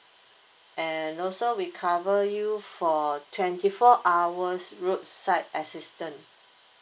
and also we cover you for twenty four hours roadside assistant